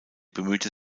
bemühte